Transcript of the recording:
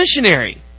missionary